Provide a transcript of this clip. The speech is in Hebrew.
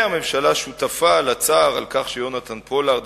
והממשלה שותפה לצער על כך שיהונתן פולארד